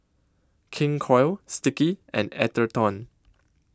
King Koil Sticky and Atherton